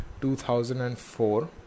2004